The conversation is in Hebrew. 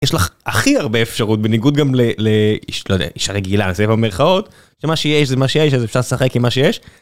יש לך הכי הרבה אפשרות, בניגוד גם לאישה רגילה, אני עושה מירכאות, שמה שיש זה מה שיש, אז אפשר לשחק עם מה שיש.